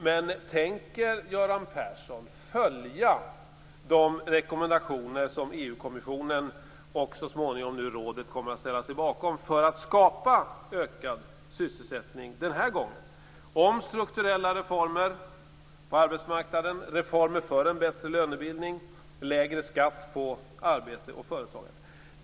Men tänker Göran Persson följa de rekommendationer som EU kommissionen och så småningom rådet kommer att ställa sig bakom för att skapa ökad sysselsättning den här gången, om strukturella reformer på arbetsmarknaden, reformer för en bättre lönebildning, lägre skatt på arbete och företagare?